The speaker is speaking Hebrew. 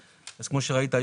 אז כמו שראית,